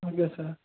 okay sir